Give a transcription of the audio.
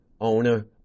owner